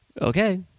okay